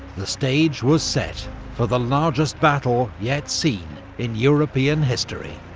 the stage was set for the largest battle yet seen in european history.